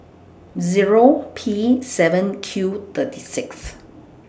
Zero P seven Q thirty six